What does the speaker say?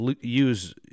use